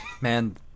Man